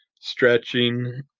stretching